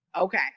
Okay